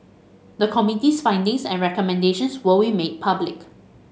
the Committee's findings and recommendations will be made public